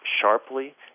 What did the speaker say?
sharply